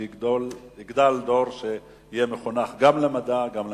ויגדל דור שיהיה מחונך גם למדע וגם למנהיגות.